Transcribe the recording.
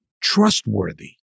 trustworthy